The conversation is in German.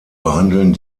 behandeln